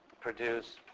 produce